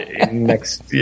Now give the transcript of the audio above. next